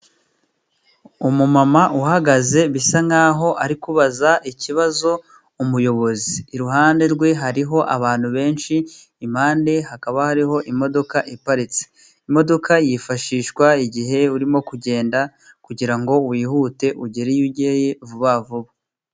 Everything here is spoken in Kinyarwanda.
Umumama uhagaze bisa nkaho ari kubaza ikibazo umuyobozi. Iruhande rwe hariho abantu benshi. Impande hakaba hariho imodoka iparitse. Imodoka yifashishwa igihe urimo kugenda kugira ngo wihute ugere iyo ugiye vuba vuba.